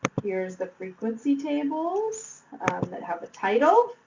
here's the frequency tables that have a title.